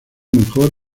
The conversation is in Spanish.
mejor